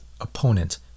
opponent